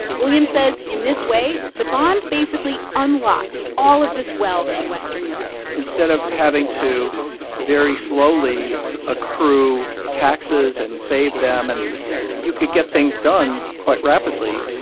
william says in this way, the bond basically unlocked all of this wealth in western europe instead of having to very slowly accrue taxes and save them and you could get things done quite rapidly.